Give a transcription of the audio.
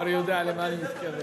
אני יודע למה אני מתכוון.